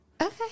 Okay